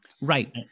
Right